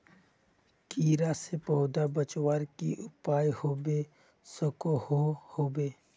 कीड़ा से पौधा बचवार की की उपाय होबे सकोहो होबे?